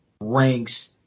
ranks